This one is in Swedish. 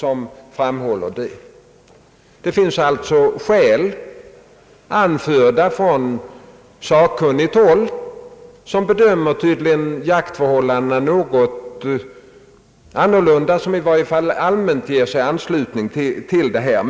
De anförda skälen visar att man på visst sakkunnigt håll bedömer förhållandena något annorlunda och i varje fall allmänt ansluter sig till dessa synpunkter.